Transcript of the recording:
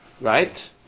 Right